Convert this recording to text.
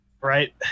right